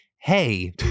Hey